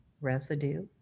residue